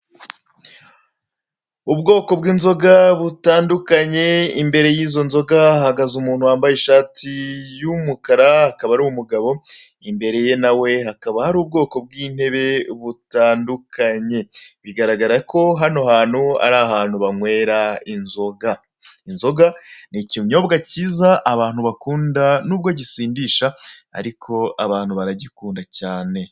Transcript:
Ubwoko bw'inzoga butandukanye, imbere y'izo nzoga hahagaze umuntu wambaye ishati y'umukara, akaba ari umugabo, imbere ye na we hakaba hari ubwoko bw'intebe butandukanye, bigaragara ko hano hantu ari ahantu banywera inzoga. Inzoga ni ikonyobwa cyiza abantu bakunda n'ubwo gisindisha ariko abantu baragikunda cyane.